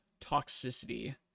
toxicity